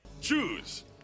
Choose